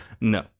no